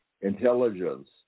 intelligence